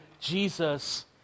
Jesus